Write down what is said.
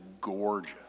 gorgeous